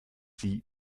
sie